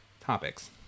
topics